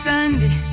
Sunday